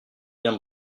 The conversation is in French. bien